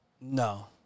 No